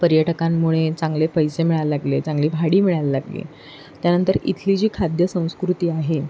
पर्यटकांमुळे चांगले पैसे मिळायला लागले चांगली भाडी मिळायला लागली त्यानंतर इथली जी खाद्यसंस्कृती आहे